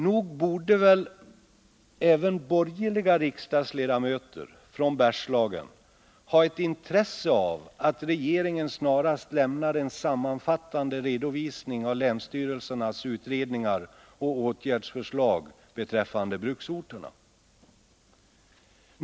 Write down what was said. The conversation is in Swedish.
Nog borde väl även borgerliga riksdagsledamöter från Bergslagen ha ett intresse av att regeringen snarast lämnar en sammanfattande redovisning av länsstyrelsernas utredningar och åtgärdsförslag beträffande bruksorterna.